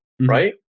right